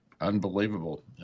unbelievable